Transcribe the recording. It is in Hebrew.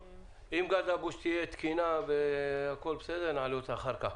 אם גל דבוש תסתדר והכול יהיה בסדר נעלה אותה אחר כך.